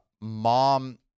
mom